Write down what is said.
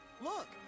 Look